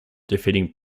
defeating